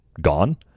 gone